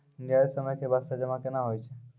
निर्धारित समय के बास्ते जमा केना होय छै?